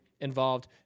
involved